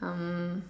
um